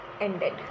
ended